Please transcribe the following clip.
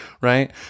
right